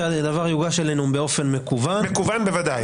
שזה יוגש באופן מקוון -- מקוון בוודאי.